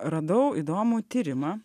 radau įdomų tyrimą